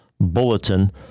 Bulletin